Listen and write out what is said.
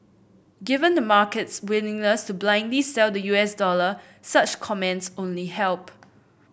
given the market's willingness to blindly sell the U S dollar such comments only help